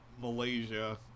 Malaysia